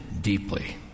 deeply